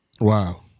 Wow